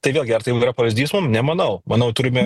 tai vėlgi ar tai yra pavyzdys mum nemanau manau turime